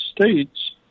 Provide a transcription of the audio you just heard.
States